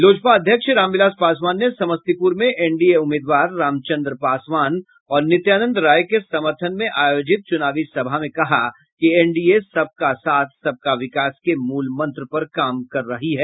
लोजपा अध्यक्ष रामविलास पासवान ने समस्तीपुर में एनडीए उम्मीदवार रामचंद्र पासवान और नित्यानंद राय के समर्थन में आयोजित चुनावी सभा में कहा कि एनडीए सबका साथ सबका विकास के मूलमंत्र पर काम कर रही है